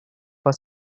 for